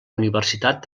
universitat